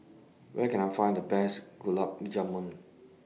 Where Can I Find The Best Gulab Jamun